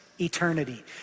eternity